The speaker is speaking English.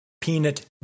peanut